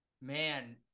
man